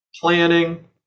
planning